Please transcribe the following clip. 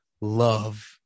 love